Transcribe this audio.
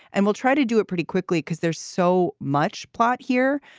and we'll try to do it pretty quickly because there's so much plot here.